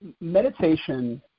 Meditation